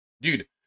dude